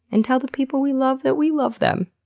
and tell the people we love that we love them.